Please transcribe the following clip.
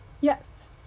yes